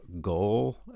goal